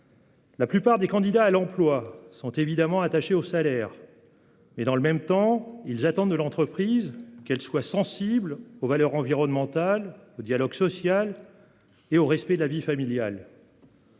La plupart des candidats à l'emploi sont évidemment attachés au salaire, mais ils attendent aussi de leur entreprise qu'elle soit sensible aux valeurs environnementales, au dialogue social et au respect de la vie familiale.